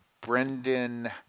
Brendan